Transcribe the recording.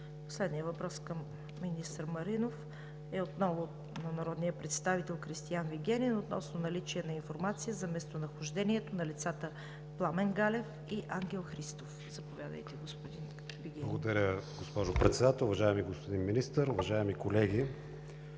Последният въпрос към министър Маринов е отново от народния представител Кристиан Вигенин относно наличие на информация за местонахождението на лицата Пламен Галев и Ангел Христов. Заповядайте, господин Вигенин. КРИСТИАН ВИГЕНИН (БСП за България): Благодаря, госпожо Председател. Уважаеми господин Министър, уважаеми колеги!